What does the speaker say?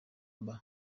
mba